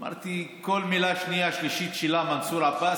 אמרתי: כל מילה שנייה-שלישית שלה, "מנסור עבאס".